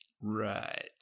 Right